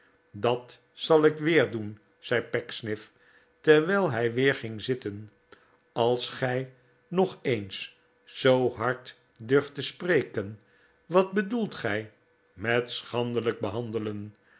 dat zal ik weer doen zei pecksniff terwijl hij weer ging zitten als gij nog eens zoo hard durft te spreken wat bedoelt gij met schandelijk behandelen